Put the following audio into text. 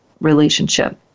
relationship